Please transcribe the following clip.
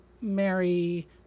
Mary